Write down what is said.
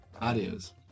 Adios